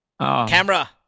camera